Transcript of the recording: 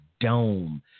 dome